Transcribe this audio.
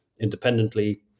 independently